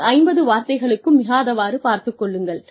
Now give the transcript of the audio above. இது 50 வார்த்தைகளுக்கும் மிகாதவாறு பார்த்துக் கொள்ளுங்கள்